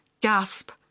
gasp